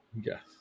Yes